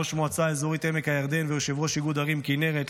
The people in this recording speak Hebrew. ראש מועצה אזורית עמק הירדן ויושב-ראש איגוד ערים כינרת,